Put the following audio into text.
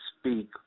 speak